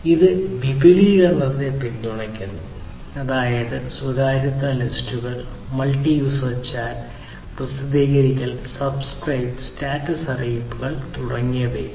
ഇത് വിപുലീകരണത്തെ പിന്തുണയ്ക്കുന്നു അതായത് സ്വകാര്യതാ ലിസ്റ്റുകൾ മൾട്ടി യൂസർ ചാറ്റ് പ്രസിദ്ധീകരിക്കൽസബ്സ്ക്രൈബ് ചാറ്റ് സ്റ്റാറ്റസ് അറിയിപ്പുകൾ തുടങ്ങിയവ പിന്തുണയ്ക്കുന്നു